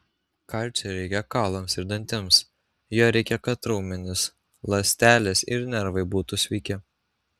kalcio reikia kaulams ir dantims jo reikia kad raumenys ląstelės ir nervai būtų sveiki